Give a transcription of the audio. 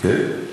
כן.